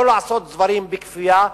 לא לעשות דברים בכפייה,